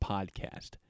Podcast